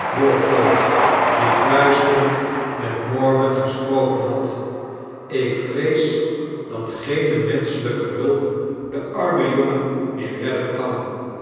lawford die tluisterend met morgan gesproken had ik vrees dat geene menschelyke hulp den armen jongen meer redden kan